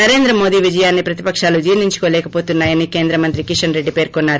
నరేంద్రమోదీ విజయాన్ని ప్రతిపకాలు జీర్ణించుకోలేకవోతున్నా యని కేంద్ర మంత్రి కిషన్ రెడ్డి పేర్కొన్నారు